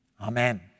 Amen